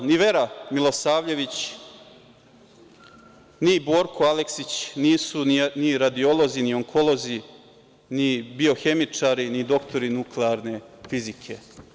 Ni Vera Milosavljević, ni Borko Aleksić nisu ni radiolozi, ni onkolozi, ni biohemičari, ni doktori nuklearne fizike.